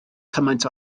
cymaint